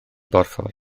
borffor